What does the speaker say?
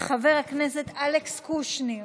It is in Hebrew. חבר הכנסת אלכס קושניר,